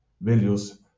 values